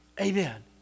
Amen